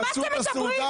על מה אתם מדברים?